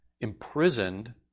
imprisoned